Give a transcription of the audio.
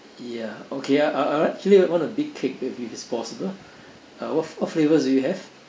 ya okay uh I'll actually want a big cake if it's possible uh what what flavours do you have